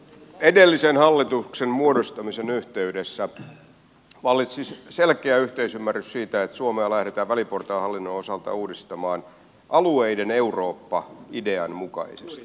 edellisen hallituksen muodostamisen yhteydessä vallitsi selkeä yhteisymmärrys siitä että suomea lähdetään väliportaan hallinnon osalta uudistamaan alueiden eurooppa idean mukaisesti